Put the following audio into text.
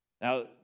Now